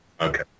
Okay